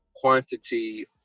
quantity